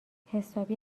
حسابی